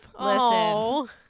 Listen